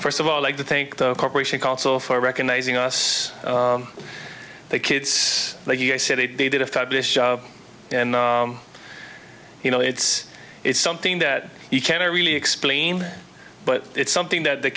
first of all like to thank the corporation also for recognizing us the kids like you said they did a fabulous job and you know it's it's something that you can't really explain but it's something that the